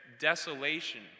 desolation